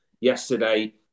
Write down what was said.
yesterday